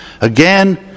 Again